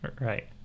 Right